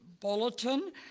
bulletin